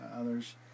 others